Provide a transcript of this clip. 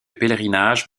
pèlerinage